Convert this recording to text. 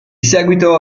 seguito